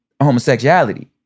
homosexuality